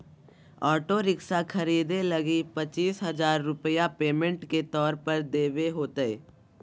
auto rickshaw खरीदे लगी पचीस हजार रूपया पेमेंट के तौर पर देवे होतय